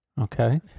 Okay